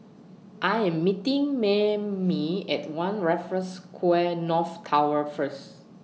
I Am meeting Maymie At one Raffles Quay North Tower First